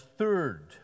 third